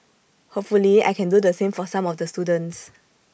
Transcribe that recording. hopefully I can do the same for some of the students